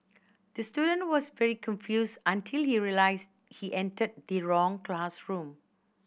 the student was very confused until he realised he entered the wrong classroom